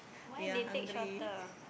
why they take shorter